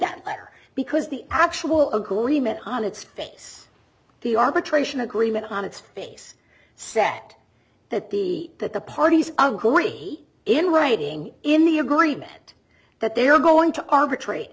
letter because the actual agreement on it's face the arbitration agreement on it's face set that the that the parties agree in writing in the agreement that they are going to arbitra